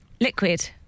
Liquid